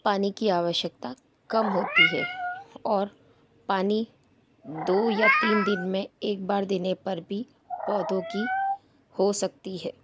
पानी की आवश्यकता कम होती है और पानी दो या तीन दिन में एक बार देने पर भी पौधों की हो सकती है